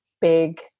big